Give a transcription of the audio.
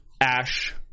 Ash